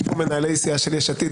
אם יש פה מנהלי סיעה של יש עתיד,